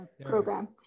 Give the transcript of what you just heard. program